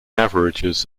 averages